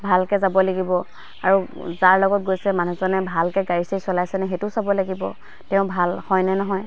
ভালকৈ যাব লাগিব আৰু যাৰ লগত গৈছে মানুহজনে ভালকৈ গাড়ী চাড়ী চলাইছে নাই সেইটো চাব লাগিব তেওঁ ভাল হয়নে নহয়